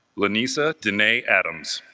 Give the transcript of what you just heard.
lanessa danai adams,